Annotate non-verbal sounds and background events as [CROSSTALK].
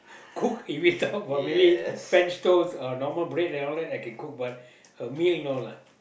cook [LAUGHS] if you talk about maybe French toast uh normal bread and all that but a meal no lah